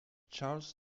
charles